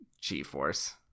G-Force